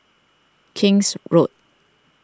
King's Road